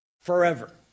forever